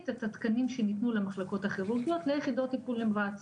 את התקנים שניתנו למחלקות הכירורגיות ליחידות טיפול נמרץ.